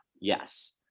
yes